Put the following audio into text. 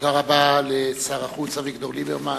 תודה רבה לשר החוץ אביגדור ליברמן.